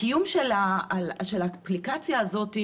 הקיום של האפליקציה הזאת,